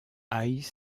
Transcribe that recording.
hayes